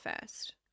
first